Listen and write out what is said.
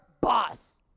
boss